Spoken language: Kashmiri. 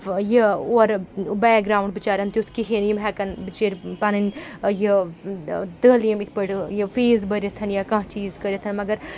یہِ اورٕ بیک گرٛاوُنٛڈ بِچیٛارٮ۪ن تیُتھ کِہیٖنۍ یِم ہٮ۪کَن بِچٲرۍ پَنٕنۍ یہِ تٲلیٖم یِتھ پٲٹھۍ یہِ فیٖس بٔرِتھ یا کانٛہہ چیٖز کٔرِتھ مگر